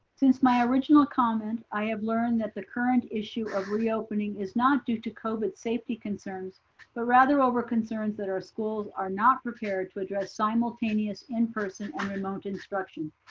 since my original comment, i have learned that the current issue of reopening is not due to covid safety concerns, but rather over concerns that our schools are not prepared to address simultaneous in-person and remote instruction.